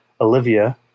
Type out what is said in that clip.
Olivia